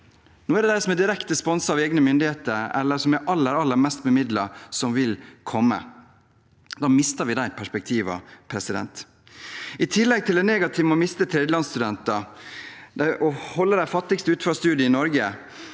Nå er det de som er direkte sponset av egne myndigheter, eller de som er aller, aller mest bemidlet, som vil komme, og da mister vi de perspektivene. I tillegg til det negative med å miste tredjelandsstudenter og å holde de fattigste ute fra studier i Norge